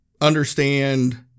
understand